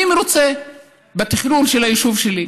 אני מרוצה מהתכנון של היישוב שלי,